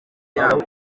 yabo